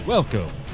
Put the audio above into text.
Welcome